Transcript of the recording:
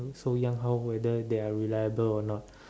so young how whether they are reliable a not